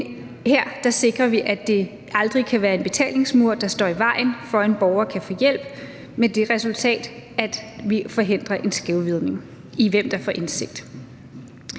her sikrer vi, at det aldrig kan være en betalingsmur, der står i vejen for, at en borger kan få hjælp, med det resultat, at vi forhindrer en skævvridning, forhold til hvem der får indsigt.